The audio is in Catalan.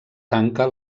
tanca